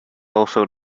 also